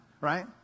right